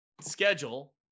schedule